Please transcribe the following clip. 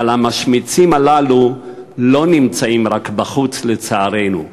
אבל המשמיצים הללו לא נמצאים רק בחוץ, לצערנו,